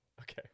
Okay